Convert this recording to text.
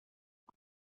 club